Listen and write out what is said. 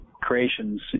creations